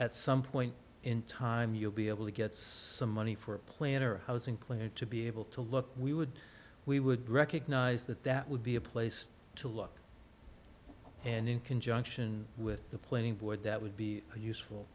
at some point in time you'll be able to get some money for a plan or a housing plan to be able to look we would we would recognise that that would be a place to look and in conjunction with the planning board that would be a useful